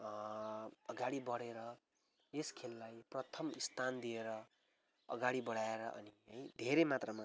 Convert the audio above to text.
अगाडि बढेर येस खेललाई प्रथम स्थान दिएर अगाडि बढाएर अनि है धेरै मात्रमा